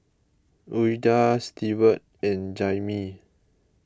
Ouida Stewart and Jaimee